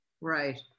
Right